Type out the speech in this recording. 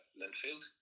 linfield